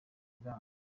biranga